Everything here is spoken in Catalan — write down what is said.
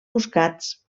buscats